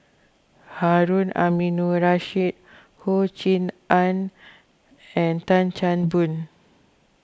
Harun Aminurrashid Ho Rui An and Tan Chan Boon